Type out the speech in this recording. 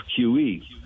QE